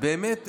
באמת איזשהו,